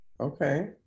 okay